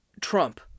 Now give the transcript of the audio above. Trump